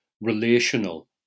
relational